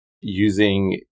using